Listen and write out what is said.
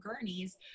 gurneys